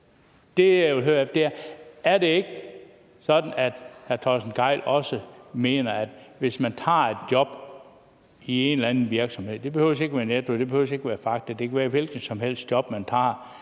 Er det ikke sådan, at hr. Torsten Gejl også mener, at hvis man tager et job i en eller anden virksomhed – det behøver ikke at være Netto, og det behøver ikke at være fakta; det kan være et hvilket som helst job, man tager